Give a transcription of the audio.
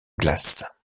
glace